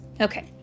okay